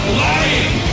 lying